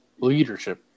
leadership